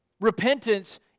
Repentance